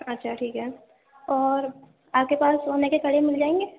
اچھا ٹھیک ہے اور آپ کے پاس سونے کے کڑے مل جائیں گے